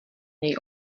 něj